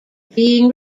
being